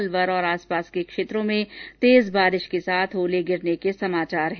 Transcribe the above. अलवर और आसपास के क्षेत्रों में तेज बारिश के साथ ओले गिरने के समाचार है